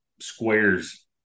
squares